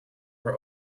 are